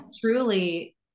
truly